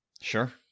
sure